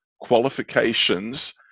qualifications